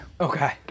Okay